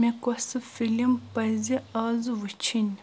مےٚ کۄس فِلم پَزِ آز ؤچھِنۍ